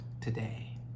today